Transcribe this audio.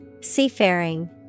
Seafaring